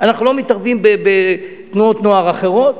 אנחנו לא מתערבים בתנועות נוער אחרות,